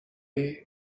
est